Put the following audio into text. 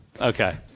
okay